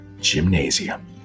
gymnasium